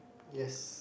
yes